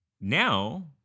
now